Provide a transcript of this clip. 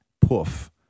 poof